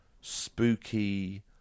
spooky